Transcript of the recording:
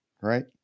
right